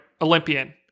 Olympian